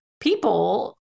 people